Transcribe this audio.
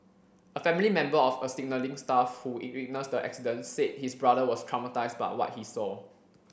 a family member of a signalling staff who witnessed the accident said his brother was traumatised by what he saw